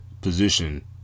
position